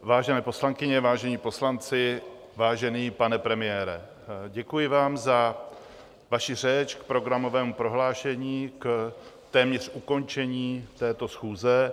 Vážené poslankyně, vážení poslanci, vážený pane premiére, děkuji vám za vaši řeč k programovému prohlášení, k téměř ukončení této schůze.